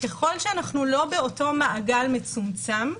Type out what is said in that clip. ככל שאנחנו לא באותו מעגל מצומצם,